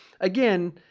again